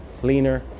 cleaner